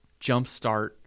jumpstart